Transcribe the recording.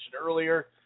earlier